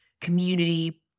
community